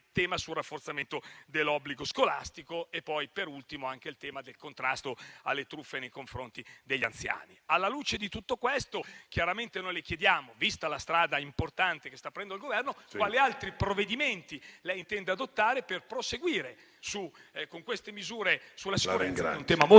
il rafforzamento dell'obbligo scolastico e, per ultimo, il contrasto alle truffe nei confronti degli anziani. Alla luce di tutto questo chiaramente noi le chiediamo, vista la strada importante che sta aprendo il Governo, quali altri provvedimenti intenda adottare per proseguire con le misure sulla sicurezza,